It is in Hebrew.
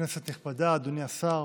כנסת נכבדה, אדוני השר,